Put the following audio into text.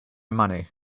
money